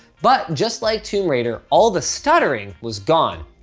but just like tomb raider, all the stuttering was gone.